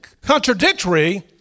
contradictory